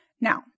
Now